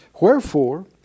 Wherefore